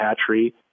hatchery